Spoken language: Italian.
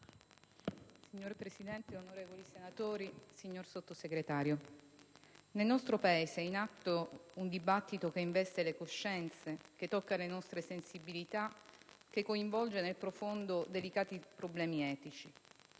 Signora Presidente, onorevoli senatori, signor Sottosegretario, nel nostro Paese è in atto un dibattito che investe le coscienze, che tocca le nostre sensibilità e che coinvolge nel profondo delicati problemi etici.